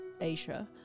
Asia